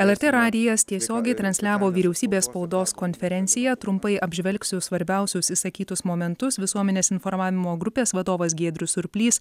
lrt radijas tiesiogiai transliavo vyriausybės spaudos konferenciją trumpai apžvelgsiu svarbiausius išsakytus momentus visuomenės informavimo grupės vadovas giedrius surplys